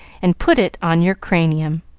and put it on your cranium.